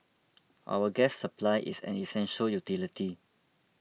our gas supply is an essential utility